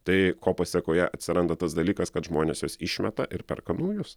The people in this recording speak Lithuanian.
tai ko pasekoje atsiranda tas dalykas kad žmonės juos išmeta ir perka naujus